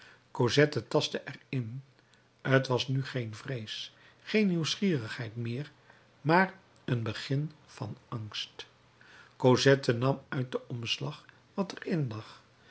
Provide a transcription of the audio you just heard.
tastte er in t was nu geen vrees geen nieuwsgierigheid meer maar een begin van angst cosette nam uit den omslag wat er in lag